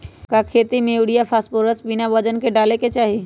का खेती में यूरिया फास्फोरस बिना वजन के न डाले के चाहि?